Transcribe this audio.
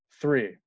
three